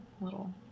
little